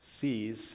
sees